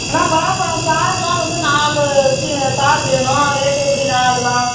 அண்ணா வாழைப்பழோம் தாரெலாம் வந்து நாலு சி தார் வேணும் ரேட்டு எப்படிண்ணா அதெலாம்